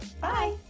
Bye